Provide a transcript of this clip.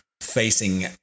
facing